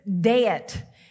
debt